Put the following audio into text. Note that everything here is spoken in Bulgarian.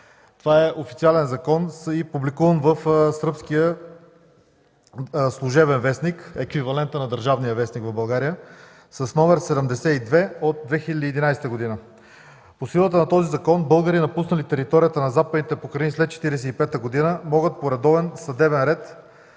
Това е официален закон, публикуван в сръбския „Служебен вестник” – еквивалентът на „Държавен вестник” в България, № 72 от 2011 г. По силата на този закон българи, напуснали територията на Западните покрайнини след 1945 г., могат по редовен съдебен ред